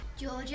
Georgia